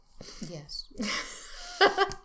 yes